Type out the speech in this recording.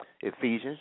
Ephesians